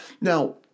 Now